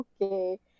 Okay